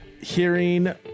hearing